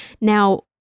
Now